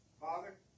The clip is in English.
Father